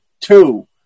Two